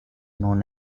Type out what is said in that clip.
known